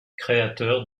créateur